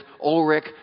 Ulrich